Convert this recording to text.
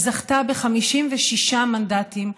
היא זכתה ב-56 מנדטים,